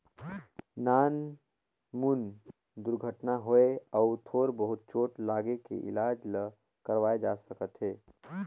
नानमुन दुरघटना होए अउ थोर बहुत चोट लागे के इलाज ल करवाए जा सकत हे